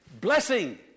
blessing